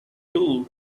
tour